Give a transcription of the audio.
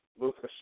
Luca's